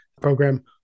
program